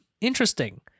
interesting